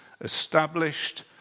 Established